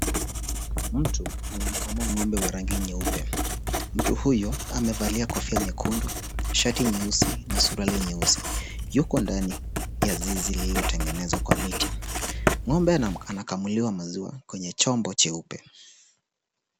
Mtu anamkamua ng'ombe wa rangi nyeupe. Mtu huyo amevalia kofia nyekundu, shati nyeusi na suruali nyeusi. Yuko ndani ya zizi lililotengenezwa kwa miti. Ng'ombe anakamuliwa maziwa kwenye chombo cheupe.